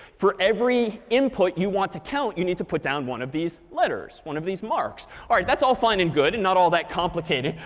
for every input you want to count, you need to put down one of these letters one of these marks. all right. that's all fine and good and not all that complicated.